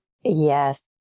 Yes